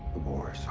war so